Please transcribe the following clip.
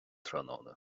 tráthnóna